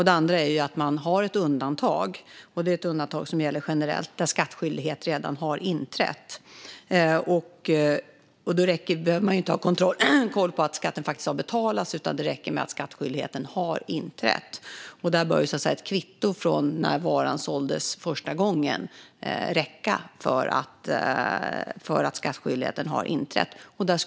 Den andra är att man har ett undantag. Det är ett undantag som gäller generellt där skattskyldighet redan har inträtt. Då behöver man inte ha koll på att skatten redan har betalats, utan det räcker med att skattskyldigheten har inträtt. Där bör ett kvitto från när varan såldes första gången räcka för att skattskyldigheten har inträtt.